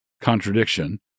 contradiction